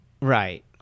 right